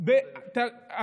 מהליכוד היו, עזוב,